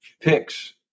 picks